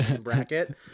bracket